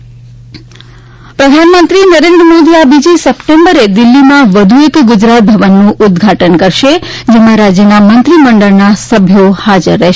પ્રધાનમંત્રી ગુજરાત ભવન પ્રધાનમંત્રી નરેન્દ્ર મોદી આ બીજી સપ્ટેમ્બરે દિલ્હીમાં વધુ એક ગુજરાત ભવનનું ઉદઘાટન કરશે જેમાં રાજ્યના મંત્રીમંડળના સભ્યો હાજર રહેશે